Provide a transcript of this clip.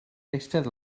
eistedd